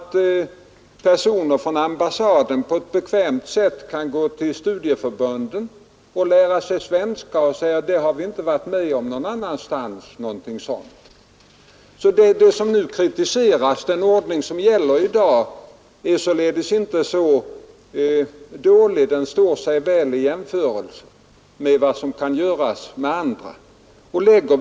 Att personer från ambassaden på ett bekvämt sätt kan gå till studieförbunden och lära sig landets språk har man inte varit med om någon annanstans. Den ordning som gäller i dag och som nu kritiseras är således inte så dålig. Den står sig väl vid jämförelse med vad som görs i andra länder.